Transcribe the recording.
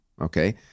okay